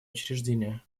учреждения